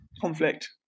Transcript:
conflict